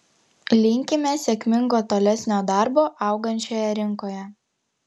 linkime sėkmingo tolesnio darbo augančioje rinkoje